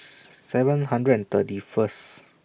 seven hundred and thirty First